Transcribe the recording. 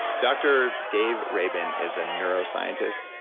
dr. dave rabin is a neuroscientist,